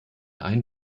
ein